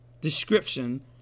description